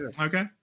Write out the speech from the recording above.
Okay